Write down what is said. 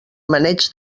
maneig